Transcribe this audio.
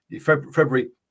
February